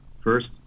first